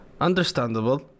Understandable